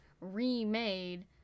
remade